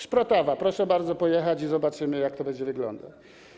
Szprotawa - proszę bardzo pojechać i zobaczymy, jak to będzie wyglądać.